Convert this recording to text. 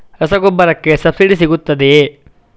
ರಸಗೊಬ್ಬರಕ್ಕೆ ಸಬ್ಸಿಡಿ ಸಿಗುತ್ತದೆಯೇ?